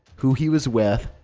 who he was with,